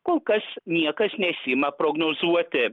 kol kas niekas nesiima prognozuoti